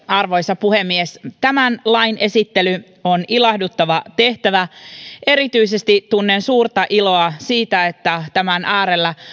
arvoisa puhemies tämän lain esittely on ilahduttava tehtävä tunnen suurta iloa erityisesti siitä että tämän äärellä